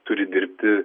turi dirbi